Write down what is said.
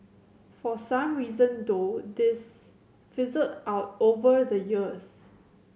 for some reason though this fizzled out over the years